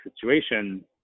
situation